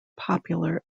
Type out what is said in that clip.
popular